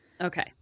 okay